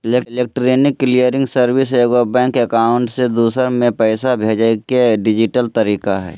electronic clearing service एगो bank account से दूसर में पैसा भेजय के डिजिटल तरीका हइ